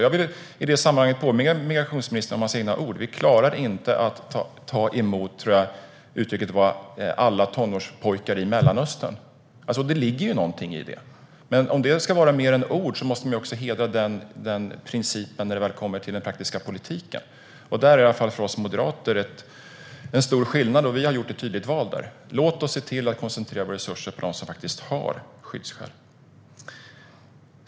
Jag vill i det sammanhanget påminna migrationsministern om hans egna ord: Vi klarar inte att ta emot alla tonårspojkar i Mellanöstern, tror jag att det var. Det ligger något i det. Men om det ska vara mer än ord måste man också hedra den principen i den praktiska politiken. Där finns i alla fall för oss moderater en stor skillnad, och vi har gjort ett tydligt val. Låt oss se till att koncentrera våra resurser på dem som faktiskt har skyddsskäl!